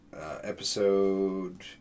episode